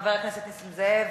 חבר הכנסת נסים זאב.